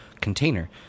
container